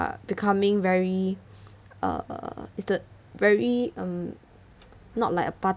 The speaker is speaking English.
becoming very err is the very um not like a party